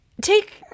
take